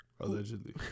Allegedly